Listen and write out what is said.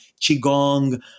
Qigong